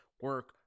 Work